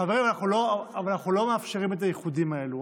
חברים, אנחנו לא מאפשרים את האיחודים האלה.